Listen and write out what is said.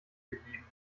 geblieben